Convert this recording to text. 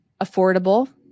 affordable